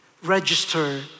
register